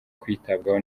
kwitabwaho